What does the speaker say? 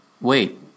wait